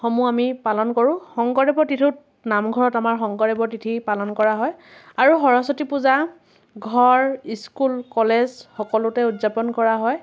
সমূহ আমি পালন কৰোঁ শংকৰদেৱৰ তিথিত নামঘৰত আমাৰ শংকৰদেৱৰ তিথি পালন কৰা হয় আৰু সৰস্বতী পূজা ঘৰ স্কুল কলেজ সকলোতে উদযাপন কৰা হয়